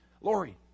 Lori